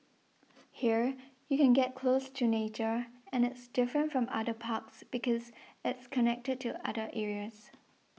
here you can get close to nature and it's different from other parks because it's connected to other areas